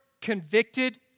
convicted